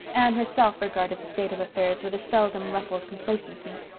anne herself regarded the state of affairs with a seldom-ruffled complacency.